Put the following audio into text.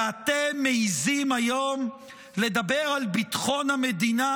ואתם מעיזים היום לדבר על ביטחון המדינה